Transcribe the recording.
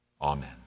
Amen